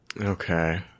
Okay